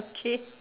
okay